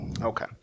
Okay